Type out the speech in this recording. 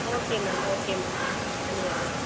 okay ma'am okay ma'am பண்ணிடுறேங்க